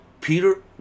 Peter